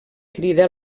crida